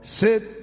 sit